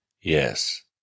Yes